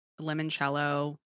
limoncello